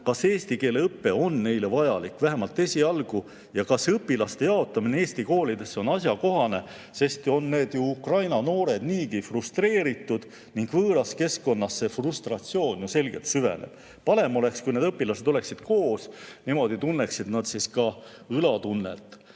kas eesti keele õpe on neile vajalik, vähemalt esialgu, ja kas õpilaste jaotamine Eesti koolidesse on asjakohane, sest need Ukraina noored on niigi frustreeritud ning võõras keskkonnas see frustratsioon ju selgelt süveneb. Parem oleks, kui need õpilased oleksid koos. Niimoodi tunneksid nad ka õlatunnet.